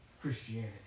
Christianity